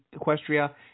equestria